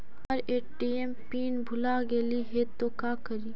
हमर ATM pin भूला गेली हे, तो का करि?